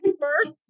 first